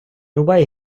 рубай